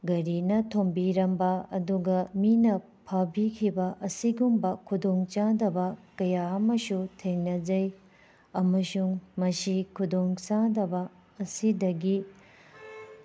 ꯒꯥꯔꯤꯅ ꯊꯣꯝꯕꯤꯔꯝꯕ ꯑꯗꯨꯒ ꯃꯤꯅ ꯐꯥꯕꯤꯈꯤꯕ ꯑꯁꯤꯒꯨꯝꯕ ꯈꯨꯗꯣꯡ ꯆꯥꯗꯕ ꯀꯌꯥ ꯑꯃꯁꯨ ꯊꯦꯡꯅꯖꯩ ꯑꯃꯁꯨꯡ ꯃꯁꯤ ꯈꯨꯗꯣꯡ ꯆꯥꯗꯕ ꯑꯁꯤꯗꯒꯤ